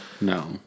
No